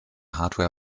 hardware